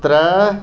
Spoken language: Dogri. त्रै